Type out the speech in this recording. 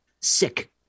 Sick